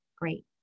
Great